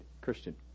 Christian